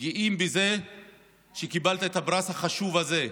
גאים בזה שקיבלת את הפרס החשוב הזה,